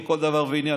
או כל דבר ועניין.